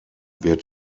wird